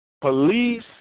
Police